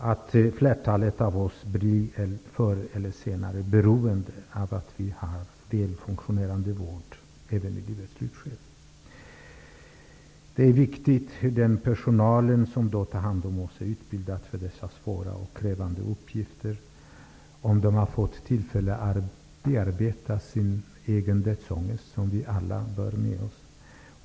Flertalet av oss blir förr eller senare beroende av att vi har väl fungerande vård även i livets slutskede. Det är viktigt att den personal som då tar hand om oss är utbildad för dessa svåra och krävande uppgifter och att de har fått tillfälle att bearbeta den dödsångest som vi alla bär med oss.